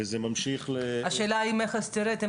וזה ממשיך ל --- השאלה אם המכס יירד אם